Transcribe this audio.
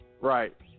Right